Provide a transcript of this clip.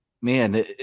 man